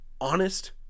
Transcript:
honest